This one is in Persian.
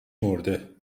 مرده